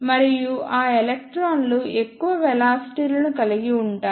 మరియు ఆ ఎలక్ట్రాన్లు ఎక్కువ వెలాసిటీ లను కలిగి ఉంటాయి